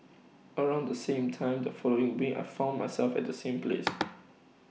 around the same time the following week I found myself at the same place